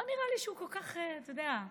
לא נראה לי שהוא כל כך, אתה יודע,